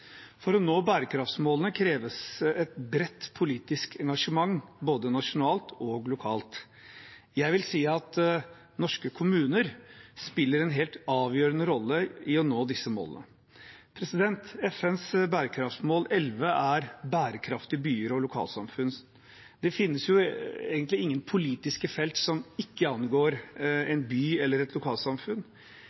bærekraftsmålene kreves det et bredt politisk engasjement, både nasjonalt og lokalt. Jeg vil si at norske kommuner spiller en helt avgjørende rolle i å nå disse målene. FNs bærekraftsmål 11 er bærekraftige byer og lokalsamfunn. Det finnes egentlig ingen politiske felt som ikke angår en by eller et lokalsamfunn